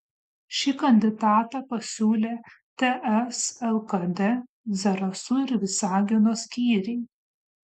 šį kandidatą pasiūlė ts lkd zarasų ir visagino skyriai